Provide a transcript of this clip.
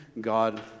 God